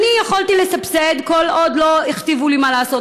אני יכולתי לסבסד כל עוד לא הכתיבו לי מה לעשות,